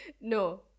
No